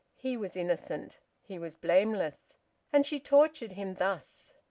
he was innocent he was blameless and she tortured him thus!